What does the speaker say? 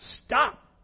stop